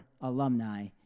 alumni